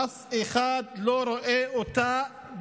שאף אחד לא רואה אותה.